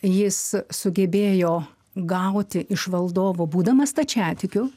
jis sugebėjo gauti iš valdovo būdamas stačiatikiu